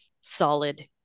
solid